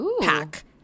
pack